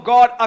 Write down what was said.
God